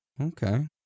Okay